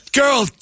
girl